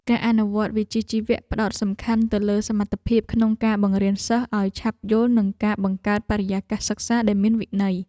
ការអនុវត្តវិជ្ជាជីវៈផ្តោតសំខាន់ទៅលើសមត្ថភាពក្នុងការបង្រៀនសិស្សឱ្យឆាប់យល់និងការបង្កើតបរិយាកាសសិក្សាដែលមានវិន័យ។